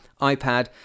iPad